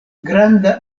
granda